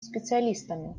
специалистами